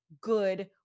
good